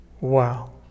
Wow